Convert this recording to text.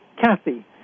Kathy